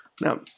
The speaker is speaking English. Now